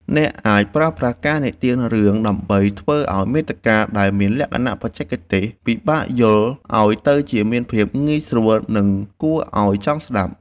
អ្នកអាចប្រើប្រាស់ការនិទានរឿងដើម្បីធ្វើឱ្យមាតិកាដែលមានលក្ខណៈបច្ចេកទេសពិបាកយល់ឱ្យទៅជាមានភាពងាយស្រួល និងគួរឱ្យចង់ស្តាប់។